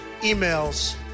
emails